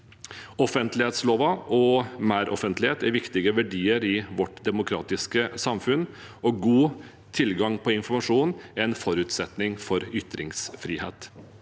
Offentlighetsloven og meroffentlighet er viktige verdier i vårt demokratiske samfunn, og god tilgang på informasjon er en forutsetning for ytringsfrihet.